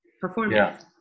performance